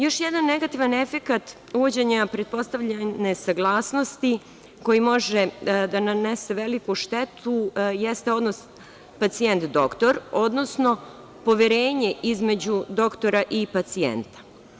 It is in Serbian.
Još jedan negativan efekat uvođenja pretpostavljene saglasnosti koji može da nanese veliku štetu jeste odnos pacijent-doktor, odnosno poverenje između doktora i pacijenta.